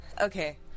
Okay